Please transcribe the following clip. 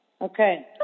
Okay